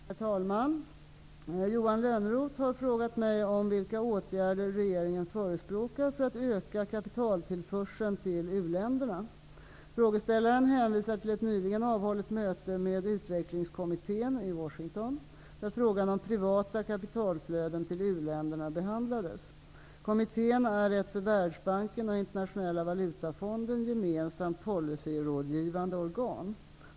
Herr talman! Johan Lönnroth har frågat mig vilka åtgärder regeringen förespråkar för att öka kapitaltillförseln till u-länderna. Frågeställaren hänvisar till ett nyligen avhållet möte med utvecklingskommittén i Washington, där frågan om privata kapitalflöden till u-länderna behandlades. Kommittén är ett för Världsbanken och Internationella valutafonden gemensamt policyrådgivande organ.